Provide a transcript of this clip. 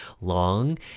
long